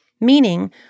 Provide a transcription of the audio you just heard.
meaning